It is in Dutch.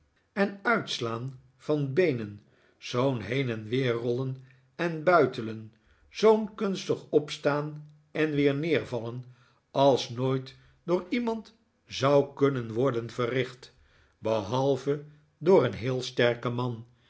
en uitslaan van beenen zoo'n heen en weer rollen en buitelen zoo'n kunstig opstaan en weer neervallen als nooit door iemand zou een letterkundige struikroover kunnen worden verricht behalve door een heel sterk man